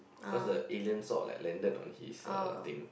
cause the aliens sort of like landed on his uh thing